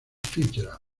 fitzgerald